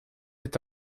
est